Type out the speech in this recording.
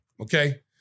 Okay